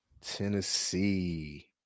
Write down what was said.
Tennessee